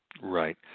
Right